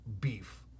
beef